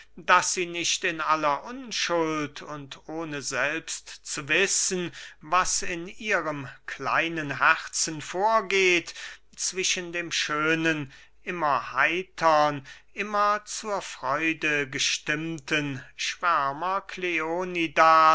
daß sie nicht in aller unschuld und ohne selbst zu wissen was in ihrem kleinen herzen vorgeht zwischen dem schönen immer heitern immer zur freude gestimmten